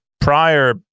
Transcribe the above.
prior